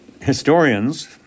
historians